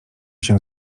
się